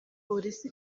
polisi